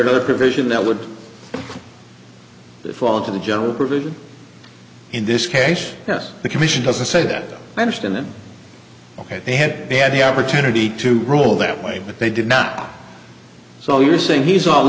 another provision that would fall into the general provision in this case yes the commission doesn't say that i understand that ok they had they had the opportunity to rule that way but they did not so you're saying he's all